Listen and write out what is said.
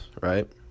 Right